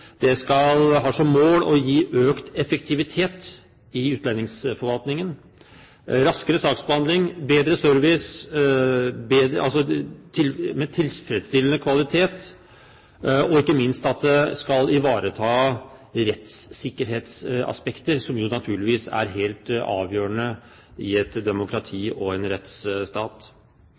det skal ivareta rettssikkerhetsaspektet som jo naturligvis er helt avgjørende i et demokrati og en rettsstat.